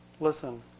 Listen